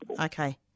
Okay